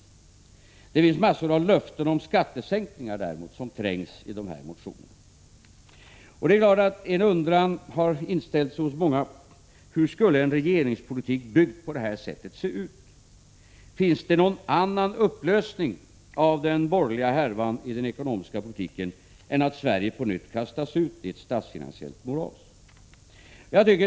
Däremot trängs en mängd löften om skattesänkningar i dessa motioner. En undran har inställt sig hos många: Hur skulle en regeringspolitik byggd på detta sätt se ut? Finns det någon annan upplösning av den borgerliga härvan i den ekonomiska politiken än att Sverige på nytt kastas ut i ett statsfinansiellt moras?